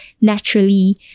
naturally